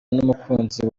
numukunzi